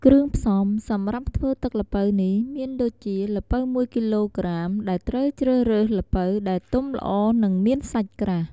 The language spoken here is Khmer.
គ្រឿងផ្សំសម្រាប់់ធ្វើទឹកល្ពៅនេះមានដូចជា ល្ពៅ ១ គីឡូក្រាម ដែលត្រូវជ្រើសរើសល្ពៅដែលទុំល្អ និងមានសាច់ក្រាស់។